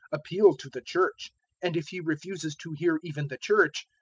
appeal to the church and if he refuses to hear even the church,